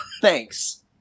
Thanks